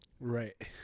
Right